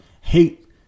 Hate